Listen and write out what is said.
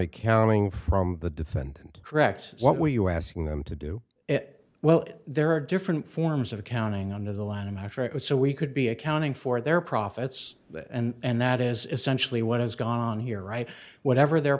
accounting from the defendant correct what were you asking them to do it well there are different forms of accounting under the land in africa so we could be accounting for their profits that and that is essentially what has gone on here right whatever their